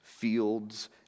fields